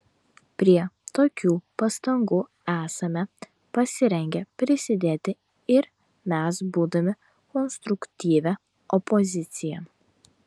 prie tokių pastangų esame pasirengę prisidėti ir mes būdami konstruktyvia opozicija